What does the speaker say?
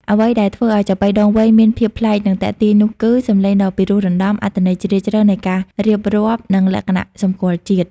អ្វីដែលធ្វើឱ្យចាប៉ីដងវែងមានភាពប្លែក និងទាក់ទាញនោះ គឺ សម្លេងដ៏ពិរោះរណ្តំ អត្ថន័យជ្រាលជ្រៅនៃការរៀបរាប់ និងលក្ខណៈសម្គាល់ជាតិ។